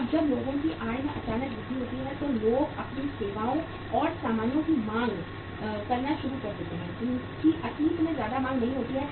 अब जब लोगों की आय में अचानक वृद्धि होती है तो लोग ऐसी सेवाओं और सामानों की मांग करना शुरू कर देते हैं जिनकी अतीत में ज्यादा मांग नहीं होती है